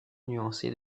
nuancée